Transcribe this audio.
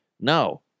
No